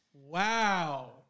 Wow